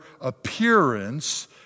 appearance